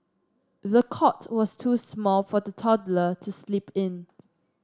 the cot was too small for the toddler to sleep in